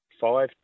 five